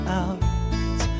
out